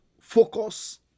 focus